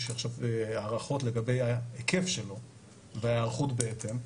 יש עכשיו הערכות לגבי ההיקף שלו וההיערכות בהתאם.